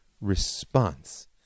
response